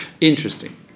Interesting